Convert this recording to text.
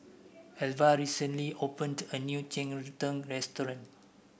Elva recently opened a new Cheng Tng restaurant